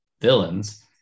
villains